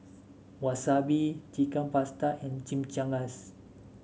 Wasabi Chicken Pasta and Chimichangas